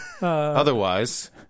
Otherwise